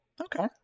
Okay